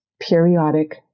periodic